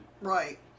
Right